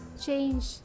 change